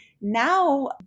now